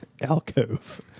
alcove